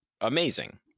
amazing